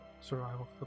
survival